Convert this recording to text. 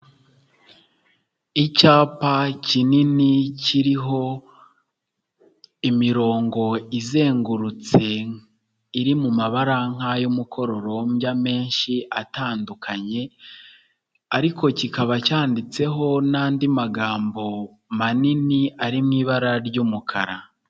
Icyapa kinini kiriho imirongo izengurutse iri mu mabara nk'ay'umukororombya menshi atandukanye, ariko kikaba cyanditseho n'andi magambo manini ari mu ibara ry'umukara.